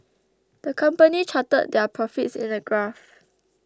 the company charted their profits in a graph